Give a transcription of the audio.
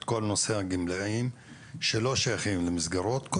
כל נושא הגמלאים שלא שייכים למסגרות.